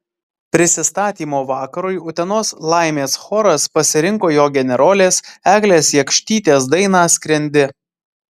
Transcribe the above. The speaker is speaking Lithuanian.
prisistatymo vakarui utenos laimės choras pasirinko jo generolės eglės jakštytės dainą skrendi